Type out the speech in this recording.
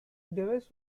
davis